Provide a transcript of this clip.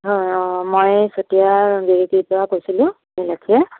অ' হয় মই চেতিয়া পৰা কৈছিলোঁ